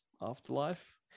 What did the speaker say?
Afterlife